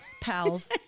pals